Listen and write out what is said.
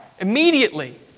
immediately